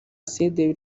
aside